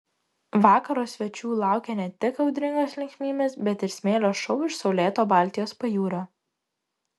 vakaro svečių laukė ne tik audringos linksmybės bet ir smėlio šou iš saulėto baltijos pajūrio